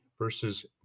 versus